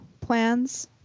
plans